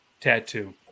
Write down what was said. tattoo